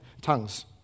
Tongues